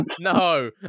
No